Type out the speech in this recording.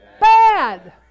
bad